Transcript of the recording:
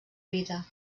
vida